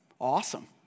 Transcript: Awesome